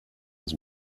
his